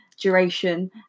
duration